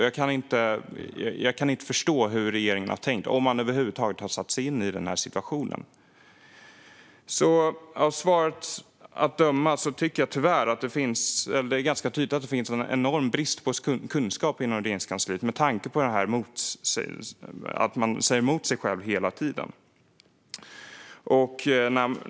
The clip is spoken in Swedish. Jag kan inte förstå hur regeringen har tänkt, om man över huvud taget har satt sig in i situationen. Av svaret att döma är det tyvärr ganska tydligt att det finns en enorm brist på kunskap inom Regeringskansliet med tanke på att man säger emot sig själv hela tiden.